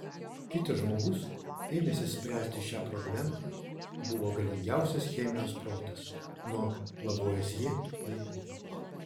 kitas žmogus ėmęsis spręsti šią problemą buvo galingiausias chemijos protas nuo lavuazjė laikų